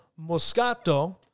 Moscato